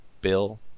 Bill